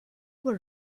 were